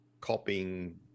copying